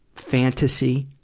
fantasy,